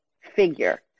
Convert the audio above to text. figure